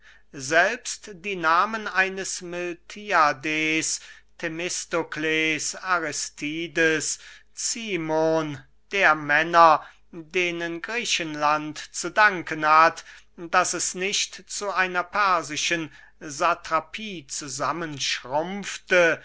selbst die nahmen eines miltiades themistokles aristides cimon der männer denen griechenland zu danken hat daß es nicht zu einer persischen satrapie